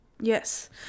Yes